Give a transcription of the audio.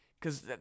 cause